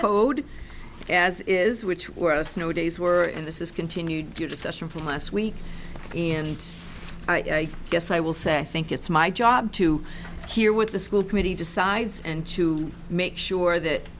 code as is which were snow days were and this is continued your discussion from last week and i guess i will say i think it's my job to hear what the school committee decides and to make sure that